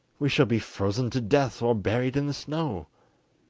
we shall be frozen to death or buried in the snow